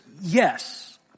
yes